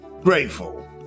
grateful